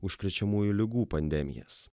užkrečiamųjų ligų pandemijas